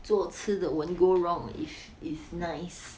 做吃的 wouldn't go wrong if it's nice